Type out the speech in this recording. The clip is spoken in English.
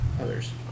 others